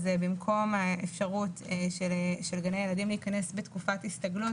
במקום האפשרות של גני הילדים להיכנס בתקופה להיכנס בתקופת הסתגלות,